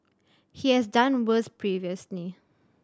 he has done worse previously